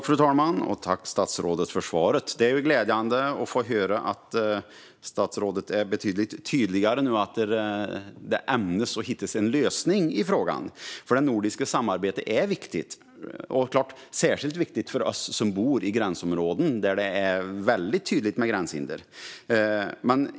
Fru talman! Tack, statsrådet, för svaret! Det är glädjande att få höra att statsrådet nu är betydligt tydligare med att man ämnar hitta en lösning på frågan. Det nordiska samarbete är viktigt. Det är särskilt viktigt för oss som bor i gränsområden där det är väldigt tydligt med gränshinder.